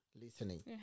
listening